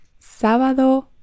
Sábado